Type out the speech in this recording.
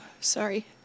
sorry